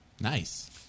Nice